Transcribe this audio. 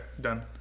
done